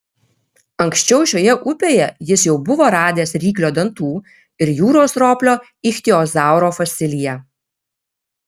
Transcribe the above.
anksčiau šioje upėje jis jau buvo radęs ryklio dantų ir jūros roplio ichtiozauro fosiliją